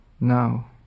Now